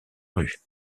rue